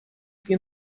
più